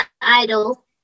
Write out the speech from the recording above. idol